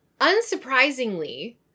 Unsurprisingly